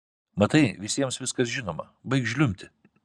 matai visiems viskas žinoma baik žliumbti